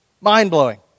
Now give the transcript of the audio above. Mind-blowing